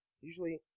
Usually